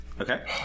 Okay